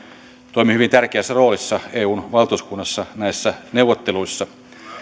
toimi hyvin tärkeässä roolissa eun valtuuskunnassa näissä neuvotteluissa